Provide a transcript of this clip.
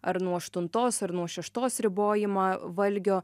ar nuo aštuntos ar nuo šeštos ribojimą valgio